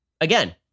again